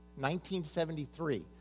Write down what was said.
1973